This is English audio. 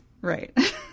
right